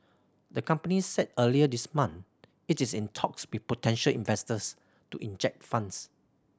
the company said earlier this month it's in talks with potential investors to inject funds